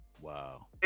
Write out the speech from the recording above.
Wow